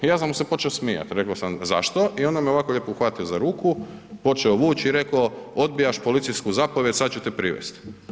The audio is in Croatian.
Ja sam mu se počeo smijat, rekao sam „zašto“ i onda me ovako lijepo uhvatio za ruku, počeo vuć i reko „odbijaš policijsku zapovijed, sad ću te privest“